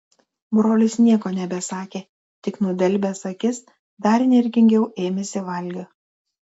brolis nieko nebesakė tik nudelbęs akis dar energingiau ėmėsi valgio